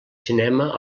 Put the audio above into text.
cinema